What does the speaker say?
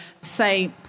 say